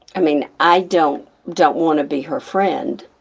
i mean, i don't don't want to be her friend,